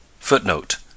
Footnote